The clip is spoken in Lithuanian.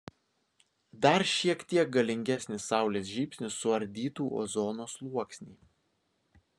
dar šiek tiek galingesnis saulės žybsnis suardytų ozono sluoksnį